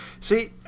See